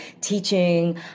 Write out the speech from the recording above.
teaching